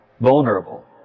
vulnerable